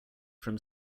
from